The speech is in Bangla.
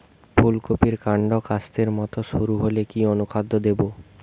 ফুলকপির কান্ড কাস্তের মত সরু হলে কি অনুখাদ্য দেবো?